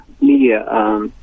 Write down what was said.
media